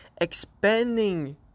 expanding